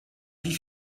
wie